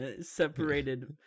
separated